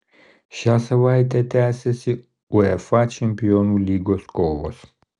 šią savaitę tęsiasi uefa čempionų lygos kovos